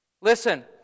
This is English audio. Listen